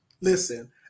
listen